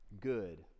good